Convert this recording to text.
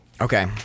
Okay